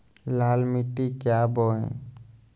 लाल मिट्टी क्या बोए?